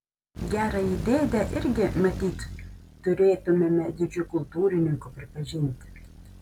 gerąjį dėdę irgi matyt turėtumėme didžiu kultūrininku pripažinti